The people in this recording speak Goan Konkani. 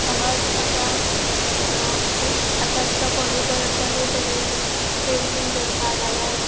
समज आतां आतां एकटो कोणी बरे तरेन पेंटींग करता जाल्यार